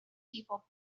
people